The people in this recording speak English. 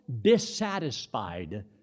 dissatisfied